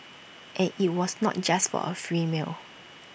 and IT was not just for A free meal